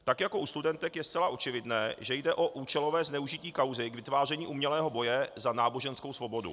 Tak jako u studentek je zcela očividné, že jde o účelové zneužití kauzy k vytváření umělého boje za náboženskou svobodu.